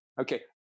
Okay